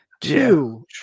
two